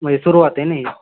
म्हणजे सुरूवात आहे ना ही